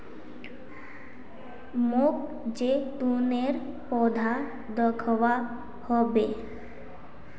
मोक जैतूनेर पौधा दखवा ह बे